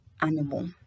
animal